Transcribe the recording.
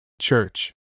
church